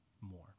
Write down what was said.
more